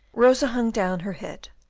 rosa hung down her head,